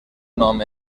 nom